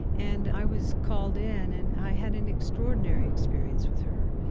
and i was called in, and i had an extraordinary experience with her.